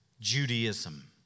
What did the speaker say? Judaism